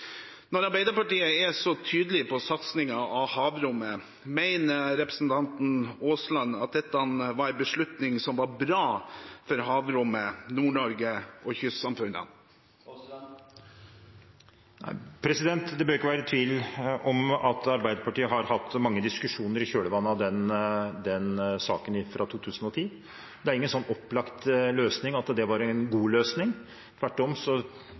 Når Arbeiderpartiet er så tydelig på satsingen på havrommet, mener representanten Aasland at dette var en beslutning som var bra for havrommet, Nord-Norge og kystsamfunnene? Det bør ikke være tvil om at Arbeiderpartiet har hatt mange diskusjoner i kjølvannet av den saken fra 2010. Det er ikke opplagt at det var en god løsning, tvert om